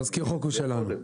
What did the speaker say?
תזכיר החוק הוא שלנו.